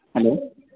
hello